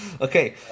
Okay